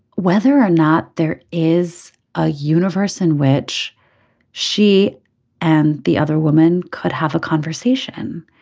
whether or not there is a universe in which she and the other woman could have a conversation